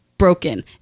broken